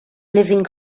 living